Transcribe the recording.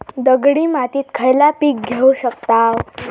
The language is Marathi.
दगडी मातीत खयला पीक घेव शकताव?